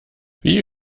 wie